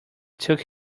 took